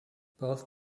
both